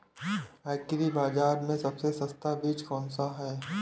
Agree बाज़ार में सबसे सस्ता बीज कौनसा है?